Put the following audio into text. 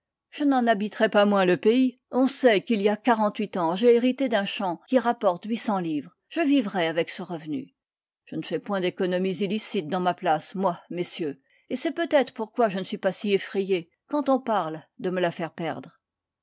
je n'en habiterai pas moins le pays on sait qu'il y a quarante-huit ans j'ai hérité d'un champ qui rapporte huit cents livres je vivrai avec ce revenu je ne fais point d'économies illicites dans ma place moi messieurs et c'est peut-être pourquoi je ne suis pas si effrayé quand on parle de me la faire perdre